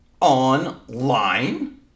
Online